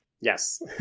Yes